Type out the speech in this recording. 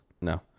No